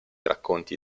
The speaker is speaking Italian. racconti